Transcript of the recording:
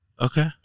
Okay